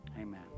amen